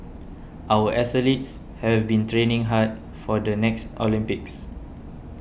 our athletes have been training hard for the next Olympics